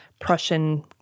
Prussian